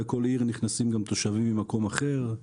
לכל עיר נכנסים גם תושבים ממקום אחר,